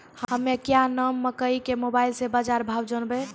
हमें क्या नाम मकई के मोबाइल से बाजार भाव जनवे?